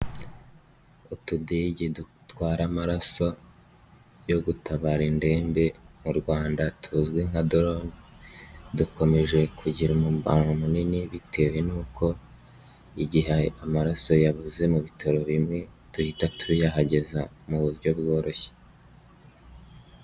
Utudege dutwara amaraso yo gutabara indembe mu Rwanda tuzwi nka dorone dukomeje kugira umubano munini bitewe n'uko agihe amaraso yabuze mu bitaro bimwe duhita tuyahageza mu buryo bworoshye.